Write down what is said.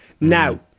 now